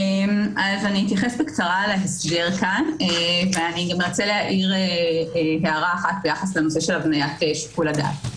אתייחס בקצרה להסדר וארצה להעיר הערה ביחס להבניית שיקול הדעת.